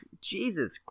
jesus